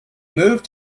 moved